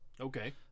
Okay